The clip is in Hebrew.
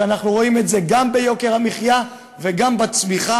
ואנחנו רואים את זה גם ביוקר המחיה וגם בצמיחה.